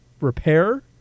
repair